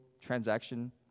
transaction